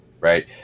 right